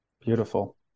Beautiful